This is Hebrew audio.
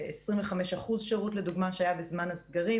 25% שירות לדוגמה שהיה בזמן הסגרים.